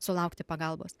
sulaukti pagalbos